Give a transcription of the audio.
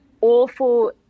awful